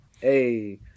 Hey